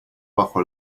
bajo